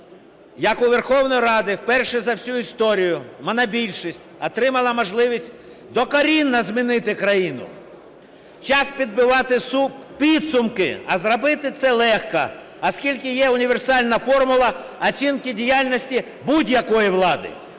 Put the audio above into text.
як у Верховній Раді вперше за всю історію монобільшість отримала можливість докорінно змінити країну. Час підбивати підсумки. А зробити це легко, оскільки є універсальна формула оцінки діяльності будь-якої влади: